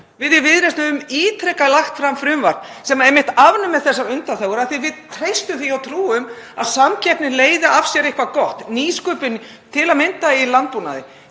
Við í Viðreisn höfum ítrekað lagt fram frumvarp sem einmitt afnemur þessar undanþágur af því að við treystum því og trúum að samkeppni leiði af sér eitthvað gott, nýsköpun í landbúnaði